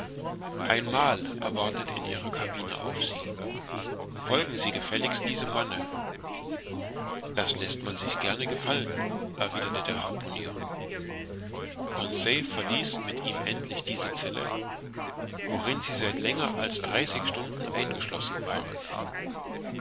mahl wartet in ihrer cabine auf sie folgen sie gefälligst diesem manne das läßt man sich gerne gefallen erwiderte der harpunier conseil verließ mit ihm endlich diese zelle worin sie seit länger als dreißig stunden eingeschlossen waren